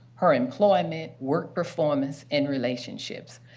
her employment, work performance, and relationships.